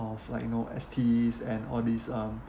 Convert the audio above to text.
of like you know S_Ts and all these um